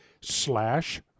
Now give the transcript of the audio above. slash